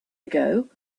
ago